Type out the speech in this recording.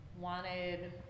wanted